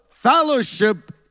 Fellowship